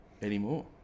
anymore